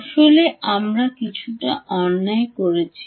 আসলে আমার কিছুটা অন্যায় হওয়া উচিত